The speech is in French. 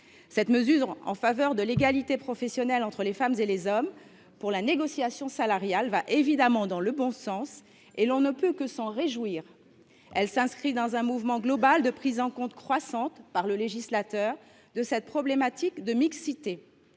Cette mesure en faveur de l’égalité professionnelle entre les femmes et les hommes par la négociation salariale va évidemment dans le bon sens, et l’on ne peut que s’en réjouir. Elle s’inscrit dans un mouvement global de prise en compte croissante, par le législateur, de la question de la mixité.